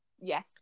Yes